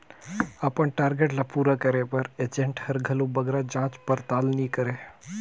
अपन टारगेट ल पूरा करे बर एजेंट हर घलो बगरा जाँच परताल नी करे